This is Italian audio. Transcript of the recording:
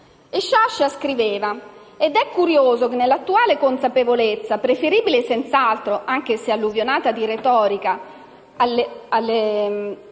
Sciascia: «È curioso che nell'attuale consapevolezza, preferibile senz'altro, anche se alluvionata di retorica,